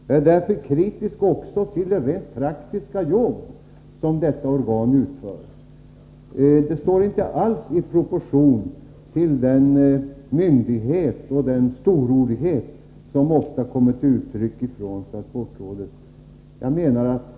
Jag är därför kritisk också till det rent praktiska arbete som detta organ utför — det står inte alls i proportion till den myndighet och den storordighet som ofta kommer till uttryck från transportrådets sida.